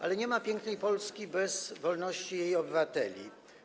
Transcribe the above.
Ale nie ma tej pięknej Polski bez wolności jej obywateli.